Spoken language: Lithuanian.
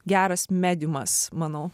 geras mediumas manau